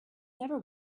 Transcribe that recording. never